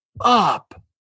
up